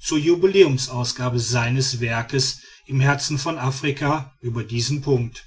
zur jubiläumsausgabe seines werkes im herzen von afrika über diesen punkt